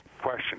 question